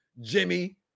Jimmy